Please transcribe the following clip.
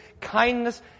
kindness